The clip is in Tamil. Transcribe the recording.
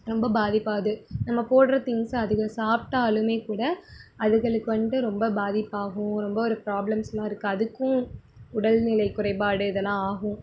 ரொம்ப பாதிப்பாகுது நம்ம போடுற திங்க்ஸ் அதுகள் சாப்பிட்டாலுமே கூட அதுகளுக்கு வந்துட்டு ரொம்ப பாதிப்பாகும் ரொம்ப ஒரு ப்ராப்ளம்ஸெல்லாம் இருக்குது அதுக்கும் உடல் நிலை குறைபாடு இதெல்லாம் ஆகும்